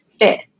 fit